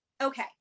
Okay